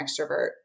extrovert